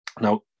Now